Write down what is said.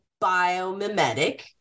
biomimetic